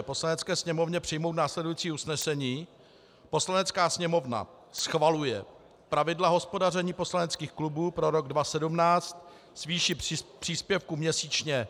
Poslanecké sněmovně přijmout následující usnesení: Poslanecká sněmovna schvaluje Pravidla hospodaření poslaneckých klubů pro rok 2017 s výší příspěvků měsíčně...